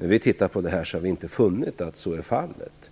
När vi har tittat på det här har vi inte funnit att så är fallet.